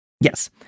Yes